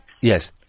yes